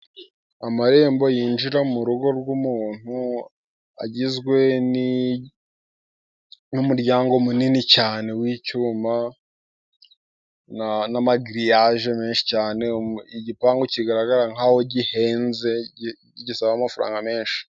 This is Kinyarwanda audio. Amarembo yinjira mu rugo rw'umuntu agizwe n'umuryango munini cyane w'icyuma n'amagiriyaje menshi cyane igipangu kigaragara nkaho gihenze gisaba amafaranga menshi.